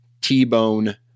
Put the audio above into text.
T-Bone